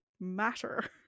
matter